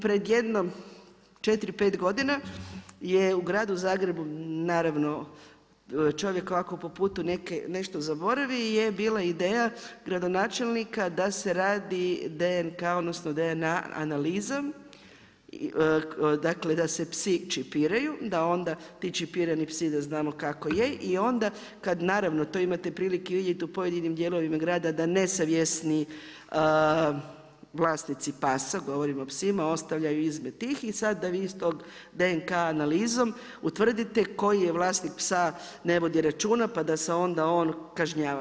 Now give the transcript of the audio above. Pred jedno 4, 5 godina je u Gradu Zagrebu, čovjek ovako po putu nešto zaboravi, je bila ideja gradonačelnika da se radi DNK, odnosno DNA analiza, dakle, da se psi čipiraju, da onda ti čipirani psi da znamo kako je i onda kad naravno, to imate prilike vidjeti u pojedinim dijelovima grada, da nesavjesni vlasnici pasa, govorimo o psima, ostavljaju izmet tih i sad da vi iz tog DNK analizom utvrdite koji vlasnik psa ne vodi računa, pa da se onda on kažnjava.